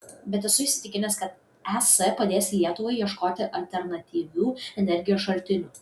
bet esu įsitikinęs kad es padės lietuvai ieškoti alternatyvių energijos šaltinių